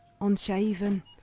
unshaven